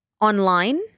Online